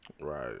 Right